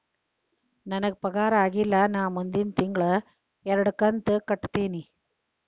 ನನ್ನ ಪಗಾರ ಆಗಿಲ್ಲ ನಾ ಮುಂದಿನ ತಿಂಗಳ ಎರಡು ಕಂತ್ ಕಟ್ಟತೇನಿ